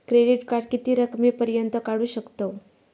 Credit card किती रकमेपर्यंत काढू शकतव?